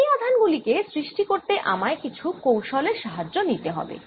এই আধান গুলি কে সৃষ্টি করতে আমায় কিছু কৌশল এর সাহাজ্য নিতে হবে